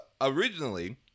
originally